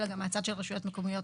אלא גם מהצד של רשויות מקומיות.